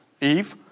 Eve